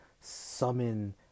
summon